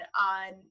on